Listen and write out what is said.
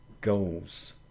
goals